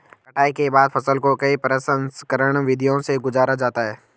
कटाई के बाद फसल को कई प्रसंस्करण विधियों से गुजारा जाता है